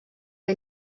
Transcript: que